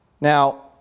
Now